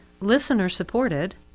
listener-supported